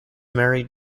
married